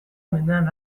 mendean